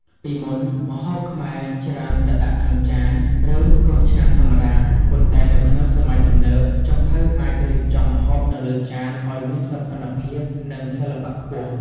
ពីមុន ម្ហូបខ្មែរច្រើនតែដាក់ក្នុងចាន ឬកូនឆ្នាំងធម្មតា ប៉ុន្តែនៅក្នុងសម័យទំនើប ចុងភៅអាចរៀបចំម្ហូបនៅលើចានឲ្យមានសោភ័ណភាព និងសិល្បៈខ្ពស់។